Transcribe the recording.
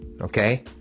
okay